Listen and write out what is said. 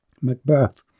Macbeth